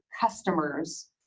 customers